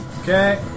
Okay